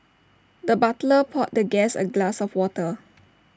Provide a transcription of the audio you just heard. the butler poured the guest A glass of water